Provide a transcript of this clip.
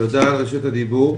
תודה על רשות הדיבור.